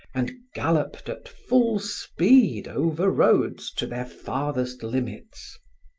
and galloped at full speed over roads to their farthest limits.